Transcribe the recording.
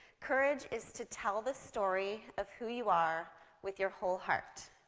courage is to tell the story of who you are with your whole heart.